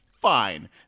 fine